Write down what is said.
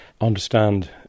understand